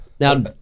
Now